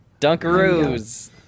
Dunkaroos